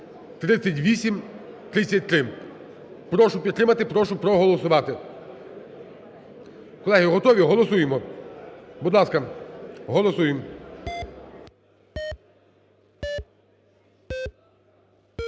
3833. Прошу підтримати, прошу проголосувати. Колеги, готові? Голосуємо. Будь ласка, голосуємо. 10:53:55